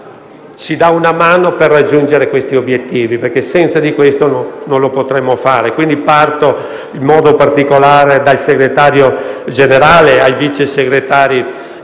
ci dà una mano per raggiungere questi obiettivi, perché senza di loro non potremmo farcela. Parlo in modo particolare del Segretario Generale e dei Vice Segretari Generali,